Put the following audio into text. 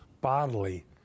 bodily